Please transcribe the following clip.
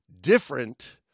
Different